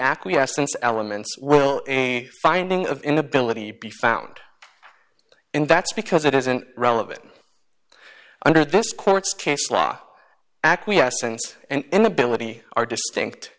acquiescence elements will a finding of inability be found and that's because it isn't relevant under this court's case law acquiescence and inability are distinct